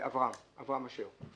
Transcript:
אברהם אשר.